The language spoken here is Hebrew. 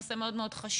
נושא מאוד מאוד חשוב,